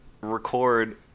record